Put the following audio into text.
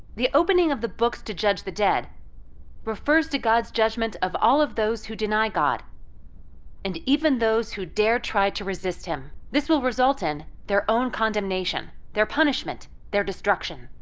the opening of the books to judge the dead refers to god's judgment of all of those who deny god and even those who dare try to resist him. this will result in their own condemnation, their punishment, their destruction.